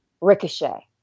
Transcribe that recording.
Ricochet